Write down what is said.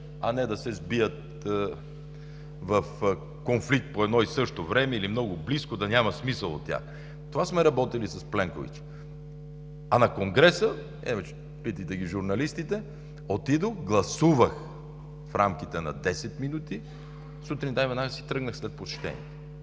а не да се сбият в конфликт по едно и също време или много близко, че да няма смисъл от тях. Това сме работили с Пленкович. А на Конгреса – ето, питайте журналистите: отидох, гласувах в рамките на 10 минути сутринта и веднага си тръгнах след посещението.